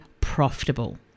profitable